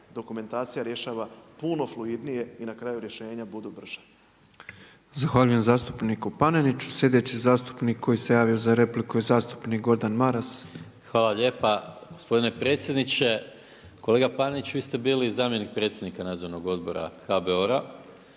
dokumentacija rješava puno fluidnije i na kraju rješenja budu brža. **Petrov, Božo (MOST)** Zahvaljujem zastupniku Paneniću. Sljedeći zastupnik koji se javio za repliku je zastupnik Gordan Maras. **Maras, Gordan (SDP)** Hvala lijepo gospodine predsjedniče. Kolega Panenić vi ste bili zamjenik predsjednika Nadzornog odbora HBOR-a